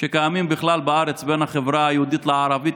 שקיימים בכלל בארץ בין החברה היהודית לערבית?